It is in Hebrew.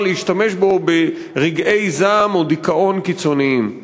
להשתמש בו ברגעי זעם או דיכאון קיצוניים.